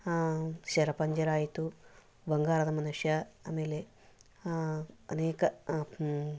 ಶರ ಪಂಜರ ಆಯಿತು ಬಂಗಾರದ ಮನುಷ್ಯ ಆಮೇಲೆ ಅನೇಕ